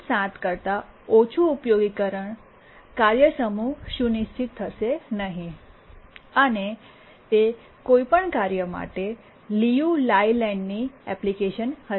7 કરતા ઓછું ઉપયોગીકરણ કાર્ય સમૂહ સુનિશ્ચિત થશે નહીં અને તે કોઈપણ કાર્ય માટે લિયુ લાયલેન્ડની એપ્લિકેશન હશે